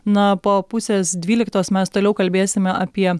na po pusės dvyliktos mes toliau kalbėsime apie